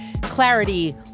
clarity